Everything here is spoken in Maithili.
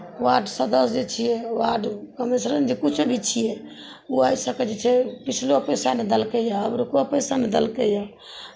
वार्ड सदस्य जे छियै वार्ड कमिशनर जे किछु भी छियै ओ आइ तक जे छै पछिलो पैसा नहि देलकैए अगुलको पैसा नहि देलकैए